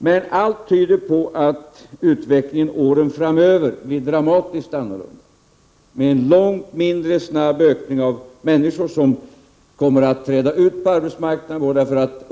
Men allt tyder på att utvecklingen åren framöver blir dramatiskt annorlunda, med en långt mindre snabb ökning av antalet människor som kommer att träda ut på arbetsplatserna.